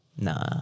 Nah